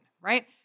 right